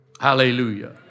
Hallelujah